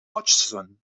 hodgson